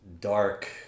dark